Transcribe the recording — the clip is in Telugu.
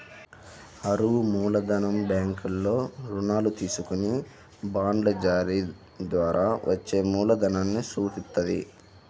అరువు మూలధనం బ్యాంకుల్లో రుణాలు తీసుకొని బాండ్ల జారీ ద్వారా వచ్చే మూలధనాన్ని సూచిత్తది